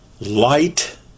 light